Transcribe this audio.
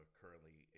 currently